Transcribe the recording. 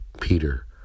Peter